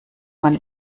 man